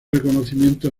reconocimientos